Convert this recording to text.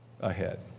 ahead